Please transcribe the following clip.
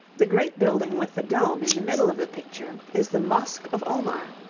the great building with the dome in the middle of the picture, is the mosque of omar,